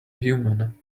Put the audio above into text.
human